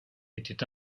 était